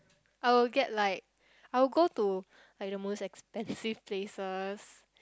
I will get like I will go to like the most expensive places